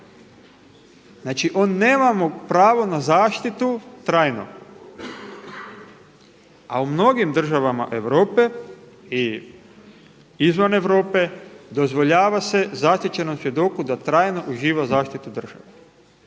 Znači on nema pravo na zaštitu trajno, a u mnogim državama Europe i izvan Europe, dozvoljava se zaštićenom svjedoku da trajno uživa zaštitu države.